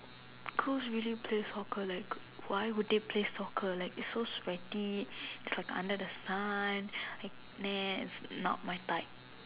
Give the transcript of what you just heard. girls really play soccer like why would they play soccer like it's so sweaty it's like under the sun like nah it's not my type